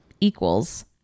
equals